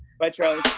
bye, charli.